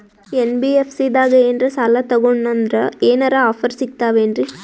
NBFC ದಾಗ ಏನ್ರ ಸಾಲ ತೊಗೊಂಡ್ನಂದರ ಏನರ ಆಫರ್ ಸಿಗ್ತಾವೇನ್ರಿ?